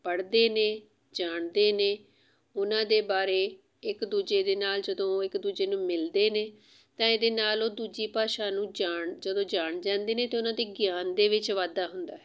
ਪੜ੍ਹਦੇ ਨੇ ਜਾਣਦੇ ਨੇ ਉਨਾਂ ਦੇ ਬਾਰੇ ਇੱਕ ਦੂਜੇ ਦੇ ਨਾਲ ਜਦੋਂ ਇੱਕ ਦੂਜੇ ਨੂੰ ਮਿਲਦੇ ਨੇ ਤਾਂ ਇਹਦੇ ਨਾਲ ਉਹ ਦੂਜੀ ਭਾਸ਼ਾ ਨੂੰ ਜਾਣ ਜਦੋਂ ਜਾਣ ਜਾਂਦੇ ਨੇ ਅਤੇ ਉਹਨਾਂ ਦੇ ਗਿਆਨ ਦੇ ਵਿੱਚ ਵਾਧਾ ਹੁੰਦਾ ਹੈ